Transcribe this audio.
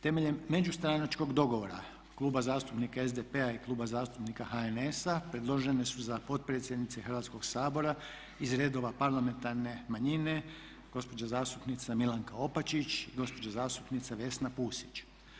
Temeljem međustranačkog dogovora Kluba zastupnika SDP-a i Kluba zastupnika HNS-a predložene su za potpredsjednice Hrvatskoga sabora iz redova parlamentarne manjine gospođa zastupnica Milanka Opačić i gospođa zastupnica Vesna Pusić.